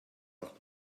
auch